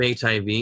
HIV